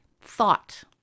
thought